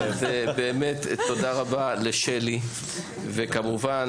באמת תודה רבה לשלי; וכמובן,